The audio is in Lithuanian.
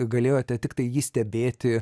galėjote tiktai jį stebėti